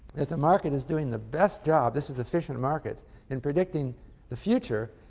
if the market is doing the best job this is efficient markets in predicting the future,